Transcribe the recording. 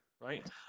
right